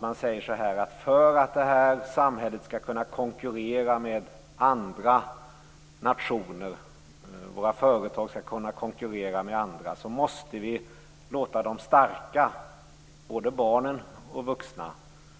Man säger: För att det här samhället skall kunna konkurrera med andra nationer, för att våra företag skall kunna konkurrera med andra, måste vi låta de starka - både barnen och de vuxna